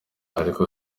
ariko